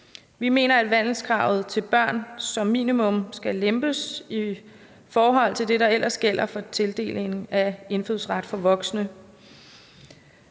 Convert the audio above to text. Vi mener, at vandelskravet til børn som minimum skal lempes i forhold til det, der ellers gælder for tildeling af indfødsret for voksne.